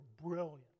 brilliant